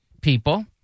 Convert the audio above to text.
people